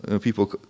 people